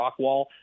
Rockwall